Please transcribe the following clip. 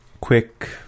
quick